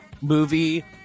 movie